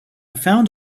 found